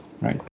Right